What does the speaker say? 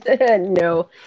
No